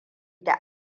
da